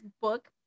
book